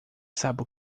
sabe